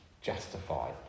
justified